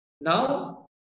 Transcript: Now